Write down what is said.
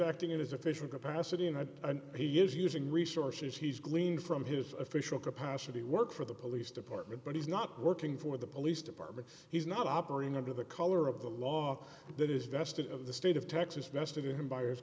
acting in his official capacity in a he is using resources he's gleaned from his official capacity work for the police department but he's not working for the police department he's not operating under the color of the law that is vested of the state of texas vested in him b